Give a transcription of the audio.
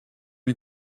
lui